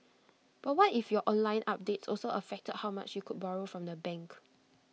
but what if your online updates also affected how much you could borrow from the bank